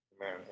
Amen